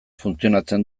funtzionatzen